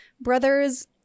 Brothers